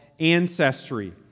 ancestry